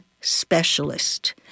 Specialist